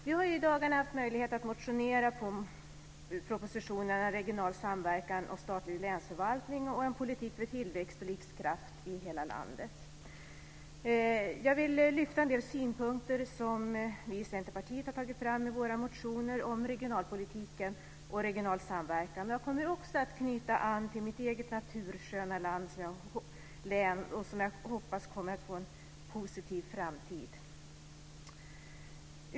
Vi har i dagarna haft möjlighet att motionera med anledning av propositionerna Regional samverkan och statlig länsförvaltning och En politik för tillväxt och livskraft i hela landet. Jag vill lyfta fram en del synpunkter som vi i Centerpartiet har tagit fram i våra motioner om regionalpolitiken och regional samverkan. Jag kommer också att knyta an till mitt eget natursköna län som jag hoppas kommer att få en positiv framtid.